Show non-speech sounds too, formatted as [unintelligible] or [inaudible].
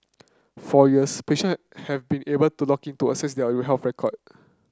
for years patient [unintelligible] have been able to log in to access your health record